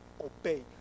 obey